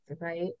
right